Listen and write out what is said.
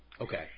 Okay